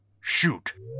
Shoot